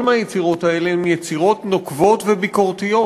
מהיצירות האלה הן יצירות נוקבות וביקורתיות.